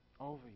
Over